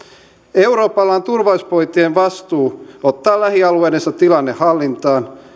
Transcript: euroopalla on turvallisuuspoliittinen vastuu ottaa lähialueidensa tilanne hallintaan